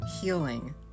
healing